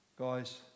Guys